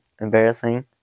embarrassing